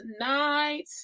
tonight